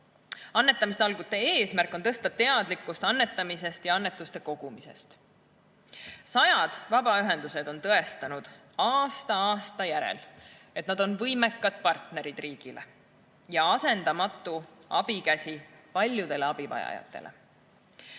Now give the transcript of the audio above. Annetamistalgute eesmärk on tõsta teadlikkust annetamisest ja annetuste kogumisest. Sajad vabaühendused on aasta aasta järel tõestanud, et nad on võimekad partnerid riigile ja asendamatu abikäsi paljudele abivajajatele.